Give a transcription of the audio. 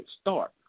start